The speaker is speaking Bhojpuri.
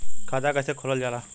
खाता कैसे खोलल जाला?